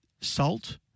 salt